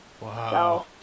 Wow